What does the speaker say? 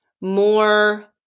more